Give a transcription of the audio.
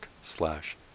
slash